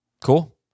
Cool